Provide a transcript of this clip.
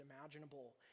imaginable